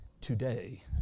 today